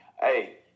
Hey